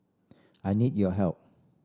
I need your help